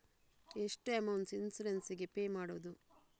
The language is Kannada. ಎಷ್ಟು ಅಮೌಂಟ್ ಇನ್ಸೂರೆನ್ಸ್ ಗೇ ಪೇ ಮಾಡುವುದು?